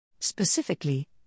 Specifically